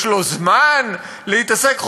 יש לו זמן להתעסק,